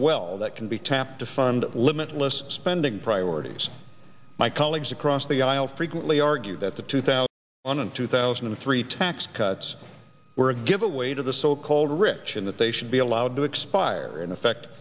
well that can be tapped to fund limitless spending priorities my colleagues across the aisle frequently argue that the tooth out on in two thousand and three tax cuts were giveaway to the so called rich and that they should be allowed to expire in effect